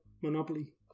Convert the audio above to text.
Monopoly